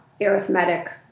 arithmetic